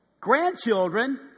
Grandchildren